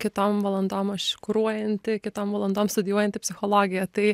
kitom valandom aš kuruojanti kitom valandom studijuojanti psichologiją tai